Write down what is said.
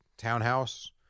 townhouse